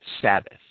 Sabbath